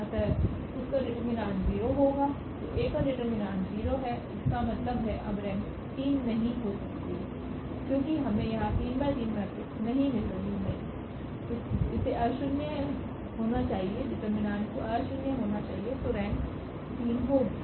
अतः इस का डिटरमिनेंट 0 होगा तो A का डिटरमिनेंट 0 हैइसका मतलब है अब रेंक 3 नहीं हो सकती है क्योंकि हमें यहाँ3 × 3 मेट्रिक्स नहीं मिल रहा है इसे अशून्य होना चाहिए डिटरमिनेंट को अशून्य होना चाहिए तो रेंक 3होगी